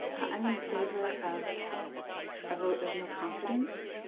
i'm in favor of a vote of no confidence.